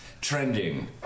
trending